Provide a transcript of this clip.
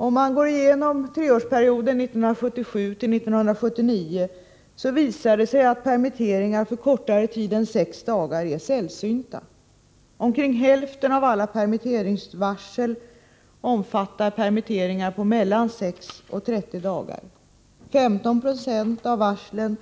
Om man går igenom statistiken för treårsperioden 1977-1979 visar det sig att permitteringar för kortare tid än 6 dagar är sällsynta. Omkring hälften av alla permitteringsvarsel omfattade permitteringar på mellan 6 och 30 dagar. 15 70 av varslen